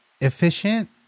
efficient